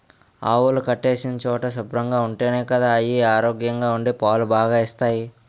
ఆవులు కట్టేసిన చోటు శుభ్రంగా ఉంటేనే గదా అయి ఆరోగ్యంగా ఉండి పాలు బాగా ఇస్తాయి